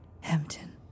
Hampton